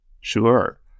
Sure